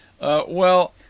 Well